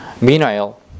Meanwhile